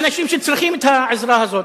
אנשים שצריכים את העזרה הזאת.